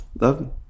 Love